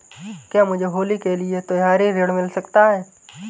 क्या मुझे होली के लिए त्यौहारी ऋण मिल सकता है?